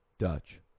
Dutch